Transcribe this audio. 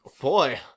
boy